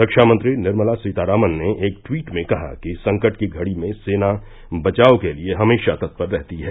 रक्षामंत्री निर्मला सीतारामन ने एक ट्वीट में कहा कि संकट की घड़ी में सेना बचाव के लिए हमेशा तत्पर रहती है